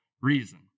reason